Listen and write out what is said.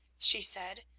she said,